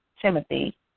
Timothy